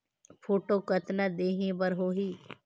Photo कतना देहें बर होहि?